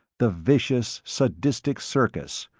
the vicious, sadistic circus,